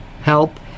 help